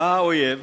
בא האויב